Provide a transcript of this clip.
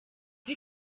wiz